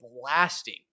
blasting